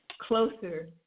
closer